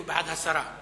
הוא בעד הסרה.